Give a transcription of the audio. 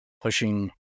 pushing